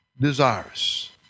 desirous